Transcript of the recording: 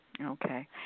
Okay